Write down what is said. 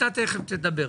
אתה תכף תדבר.